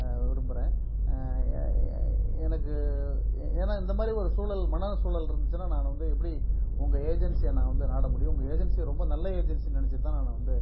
விரும்புகிறேன் எனக்கு ஏன்னா இந்தமாதிரி ஒரு சூழல் மன சூழல் இருந்துச்சுன்னா நான் வந்து எப்படி உங்கள் ஏஜென்சியை நான் வந்து நாட முடியும் உன்னை ஏஜென்சி ரொம்ப நல்ல ஏஜென்சின்னு நினச்சிட்டு தான் நான் வந்து